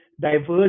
diverse